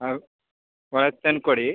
ಹಾಂ ಒಳಗೆ ತಂದುಕೊಡಿ